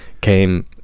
came